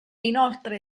inoltre